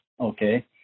Okay